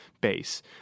base